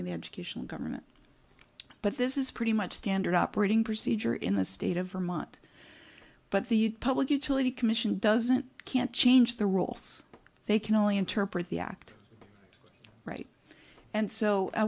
the education government but this is pretty much standard operating procedure in the state of vermont but the public utility commission doesn't can't change the rules they can only interpret the act right and so